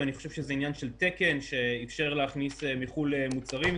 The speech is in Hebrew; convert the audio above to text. אני חושב שזה עניין של תקן שאפשר להכניס מחו"ל מוצרים מסוימים,